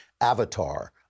avatar